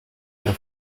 ihr